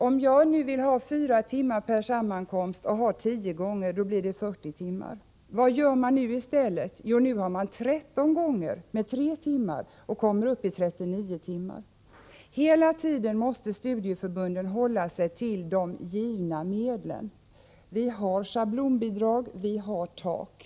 Om jag vill ha 4 timmar persammankomst och antalet sammankomster är 10, blir det 40 timmar. Vad gör man nuii stället? Jo, nu räknar man med 13 sammankomster och 3 timmar per gång, dvs. tillsammans 39 timmar. Hela tiden måste studieförbunden hålla sig till de givna medlen. Vi har schablonbidrag och tak.